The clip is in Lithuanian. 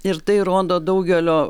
ir tai rodo daugelio